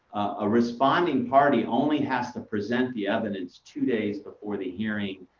a responding party only has to present the evidence two days before the hearing.